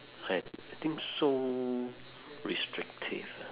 right I think so restrictive